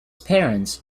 parents